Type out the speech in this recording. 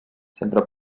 sempre